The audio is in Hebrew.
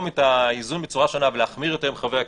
את האיזון בצורה שונה ולהחמיר יותר עם חבר הכנסת,